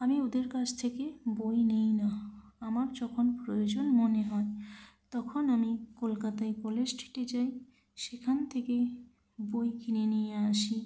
আমি ওদের কাছ থেকে বই নিই না আমার যখন প্রয়োজন মনে হয় তখন আমি কলকাতায় কলেজ স্ট্রিটে যাই সেখান থেকে বই কিনে নিয়ে আসি